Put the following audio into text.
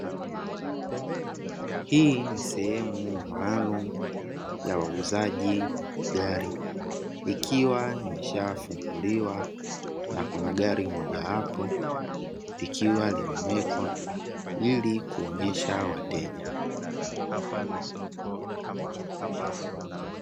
Hii ni sehemu maalumu ya wauzaji wa magari, ikiwa imeshafunguliwa na kuna gari mojawapo likiwa limewekwa ili kuonyesha wateja.